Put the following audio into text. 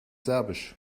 serbisch